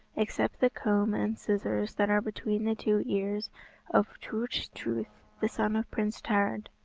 except the comb and scissors that are between the two ears of turch truith, the son of prince tared.